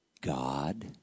God